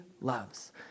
loves